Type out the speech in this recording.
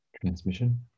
transmission